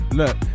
look